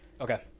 Okay